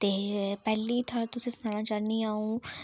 ते पेह्ली थाह्र तुसेंगी सनाना चाहन्नी आं अ'ऊं